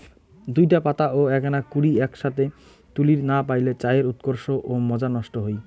দুইটা পাতা ও এ্যাকনা কুড়ি এ্যাকসথে তুলির না পাইলে চায়ের উৎকর্ষ ও মজা নষ্ট হই